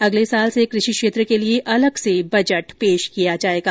अगले वर्ष से कृषि क्षेत्र के लिए अलग से बजट पेश किया जाएगा